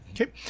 Okay